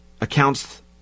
accounts